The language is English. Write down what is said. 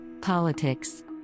Politics